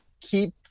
keep